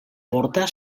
porta